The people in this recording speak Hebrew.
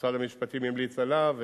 משרד המשפטים המליץ עליו.